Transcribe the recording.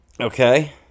Okay